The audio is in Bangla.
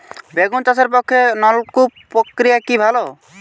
বেগুন চাষের পক্ষে নলকূপ প্রক্রিয়া কি ভালো?